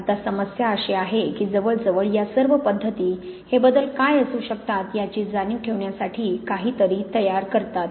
आता समस्या अशी आहे की जवळजवळ या सर्व पद्धती हे बदल काय असू शकतात याची जाणीव ठेवण्यासाठी काहीतरी तयार करतात